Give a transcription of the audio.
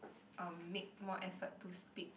um make more effort to speak